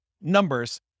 numbers